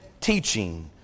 teaching